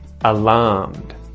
Alarmed